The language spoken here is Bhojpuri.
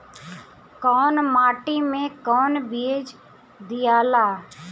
कौन माटी मे कौन बीज दियाला?